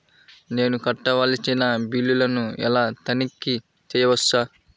నేను కట్టవలసిన బిల్లులను ఎలా తనిఖీ చెయ్యవచ్చు?